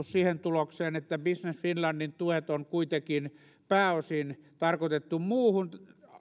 siihen tulokseen että business finlandin tuet on kuitenkin pääosin tarkoitettu muuhun